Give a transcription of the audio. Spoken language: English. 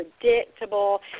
predictable